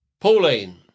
Pauline